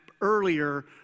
earlier